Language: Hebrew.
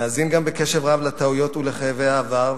גם נאזין בקשב רב לטעויות ולכאבי העבר,